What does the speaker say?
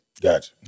Gotcha